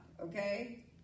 okay